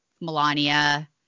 Melania